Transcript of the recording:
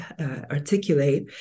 articulate